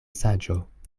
saĝo